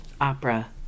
Opera